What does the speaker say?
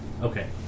Okay